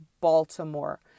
Baltimore